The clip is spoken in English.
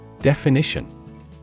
Definition